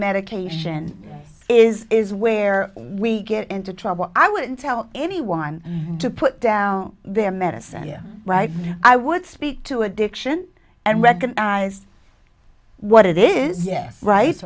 medication is is where we get into trouble i wouldn't tell anyone to put down their medicine yeah right i would speak to addiction and recognize what it is yes right